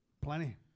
Plenty